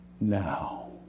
now